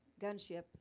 gunship